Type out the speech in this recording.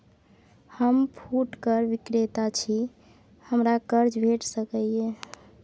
हम फुटकर विक्रेता छी, हमरा कर्ज भेट सकै ये?